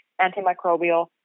antimicrobial